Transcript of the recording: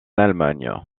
allemagne